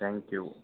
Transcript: thank you